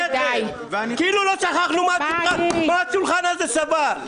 כאילו לא שכחנו מה השולחן הזה סבל.